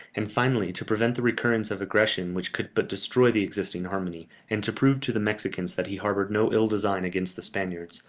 and finally, to prevent the recurrence of aggressions which could but destroy the existing harmony, and to prove to the mexicans that he harboured no ill-design against the spaniards,